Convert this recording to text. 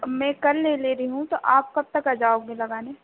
मैं कल ले ले रही हूँ तो आप कब तक आ जाओगे लगाने